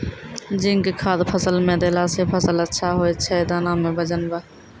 zinc खाद फ़सल मे देला से फ़सल अच्छा होय छै दाना मे वजन ब